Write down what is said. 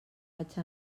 vaig